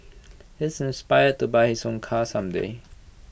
he is inspired to buy his own car some day